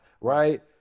right